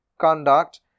conduct